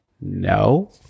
No